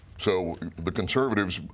so the conservatives